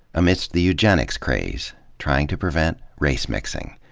amidst the eugenics craze trying to prevent race mixing.